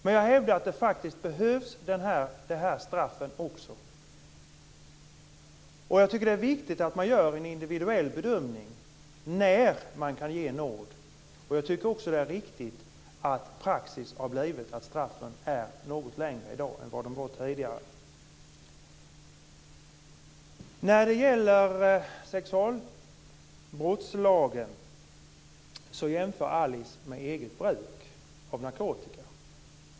Men jag hävdar att det här straffet faktiskt också behövs. Jag tycker att det är viktigt att man gör en individuell bedömning när nåd kan ges. Jag tycker också det är riktigt att praxis har blivit att straffen är något längre i dag än vad de var tidigare. När det gäller sexualbrottslagen jämför Alice Åström med eget bruk av narkotika.